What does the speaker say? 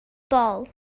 bol